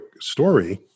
story